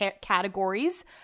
categories